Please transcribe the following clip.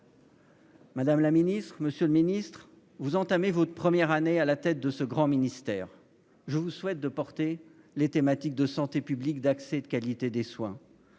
Madame, monsieur les ministres, vous entamez votre première année au sein de grands ministères. Je vous souhaite de porter les thématiques de santé publique, d'accès et de qualité des soins.